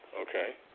okay